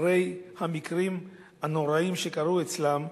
אחרי המקרים הנוראיים שקרו אצלן,